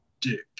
dick